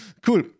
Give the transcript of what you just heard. cool